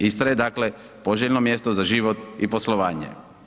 Istra je dakle poželjno mjesto za život i poslovanje.